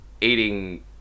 eating